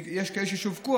יש כאלה ששווקו,